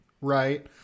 right